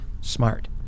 smart